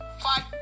fight